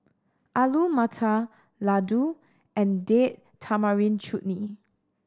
Alu Matar Ladoo and Date Tamarind Chutney